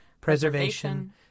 preservation